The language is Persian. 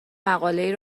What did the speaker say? مقالهای